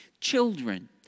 children